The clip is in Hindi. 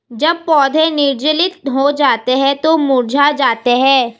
जब पौधे निर्जलित हो जाते हैं तो मुरझा जाते हैं